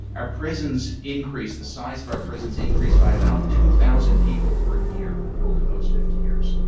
our prisons increased the size of our prisons increased by about two thousand people per year over those fifty years.